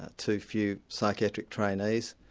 too few psychiatric trainees,